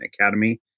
Academy